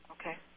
Okay